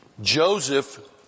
Joseph